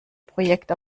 projekt